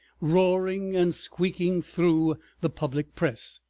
roaring and squeaking through the public press.